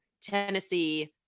tennessee